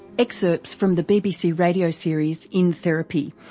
excerpts from the bbc radio series in therapy,